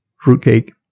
Fruitcake